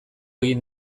egin